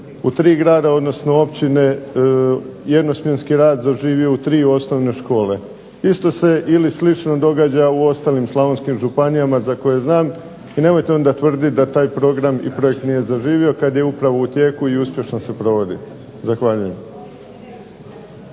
u tri grada odnosno općine jednosmjenski rad zaživio u tri osnovne škole. Isto se ili slično događa u ostalim Slavonskim županijama za koje znam i nemojte onda tvrditi da taj program nije zaživio kada je upravo u tijeku i uspješno se provodi. Zahvaljujem.